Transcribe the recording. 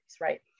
right